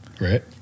Right